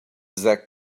zach